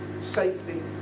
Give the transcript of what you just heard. Safety